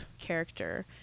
character